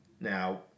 Now